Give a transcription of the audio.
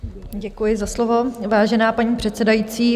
Děkuji za slovo, vážená paní předsedající.